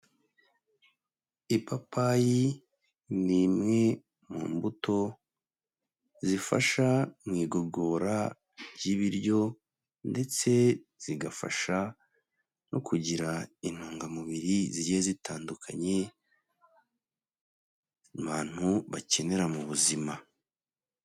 Ipapayi ni imwe mu mbuto zifasha mu igogora ry'ibiryo, ndetse zigafasha no kugira intungamubiri zigiye zitandukanye, abantu bakenera mu buzima.